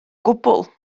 gwbl